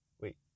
wait